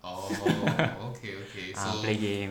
ah play game